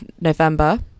November